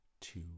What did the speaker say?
two